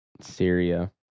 Syria